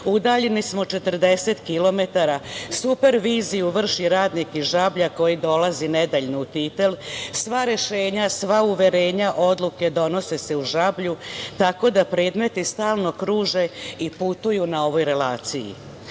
Udaljeni smo 40 km, superviziju vrši radnik iz Žablja, koji dolazi nedeljno u Titel, sva rešenja, sva uverenja i odluke donose se u Žablju, tako da predmeti stalno kruže i putuju na ovoj relaciji. Sve